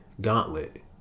gauntlet